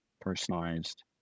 personalized